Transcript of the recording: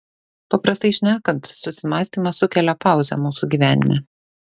paprastai šnekant susimąstymas sukelia pauzę mūsų gyvenime